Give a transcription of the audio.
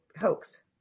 hoax